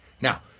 Now